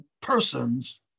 persons